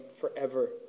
forever